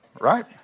right